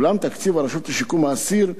אולם תקציב הרשות לשיקום האסיר,